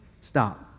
Stop